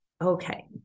Okay